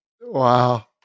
Wow